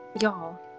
y'all